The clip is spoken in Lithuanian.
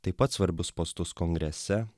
taip pat svarbius postus kongrese